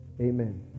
amen